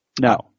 No